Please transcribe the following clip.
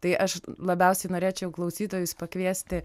tai aš labiausiai norėčiau klausytojus pakviesti